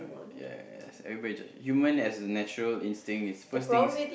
yes everybody judge human as natural instinct is first thing is